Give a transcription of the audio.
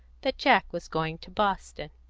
that jack was going to boston.